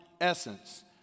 essence